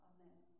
Amen